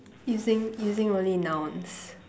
using using only nouns